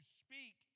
speak